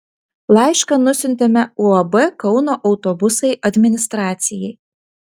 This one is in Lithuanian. laišką nusiuntėme uab kauno autobusai administracijai